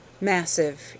massive